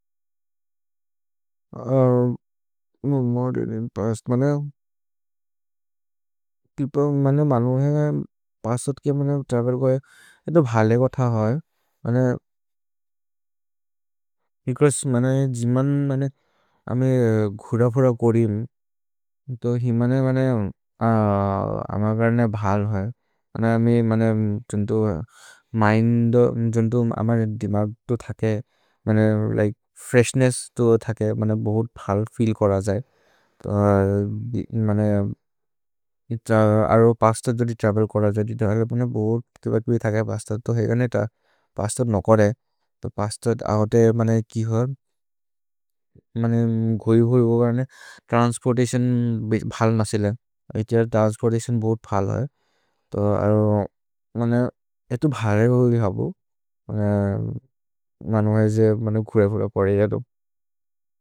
मोदेद् इन् पस्त् मनु भेन्गे पस्त् उत्के त्रवेल् गोये इतो भले कोथ होये। भेचौसे जिमन् अमे घुर्र घुर्र कोरिम् तो हि मने अमगर्ने भल् होये जुन्तो अमरे दिमाग् तो थके फ्रेश्नेस्स् तो थके बहोत् भल् फील् कोर। जये अरो पस्त् उत् जोदि त्रवेल् कोर जये बहोत् तिब तिब थकये पस्त् उत् तो हेगने त पस्त् उत् नो कोरे तो पस्त् उत् अओते। किहर् गोये गोये गोये त्रन्स्पोर्ततिओन् भल् नसेले इतेर त्रन्स्पोर्ततिओन् बहोत् भल् होये इतो भले कोथ होये। हबो मनु भेन्गे घुर्र घुर्र परये।